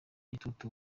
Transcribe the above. igitutu